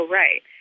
right